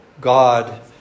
God